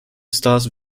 stars